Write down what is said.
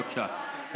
בבקשה.